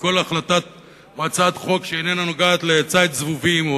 כי כל הצעת חוק שאיננה נוגעת לציד זבובים או